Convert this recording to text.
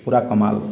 ପୁରା କମାଲ୍